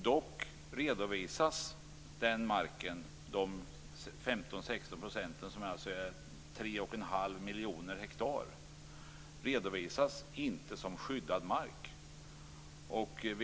Dock redovisas dessa 15-16 %- 3 1⁄2 miljoner hektar - inte som skyddad mark.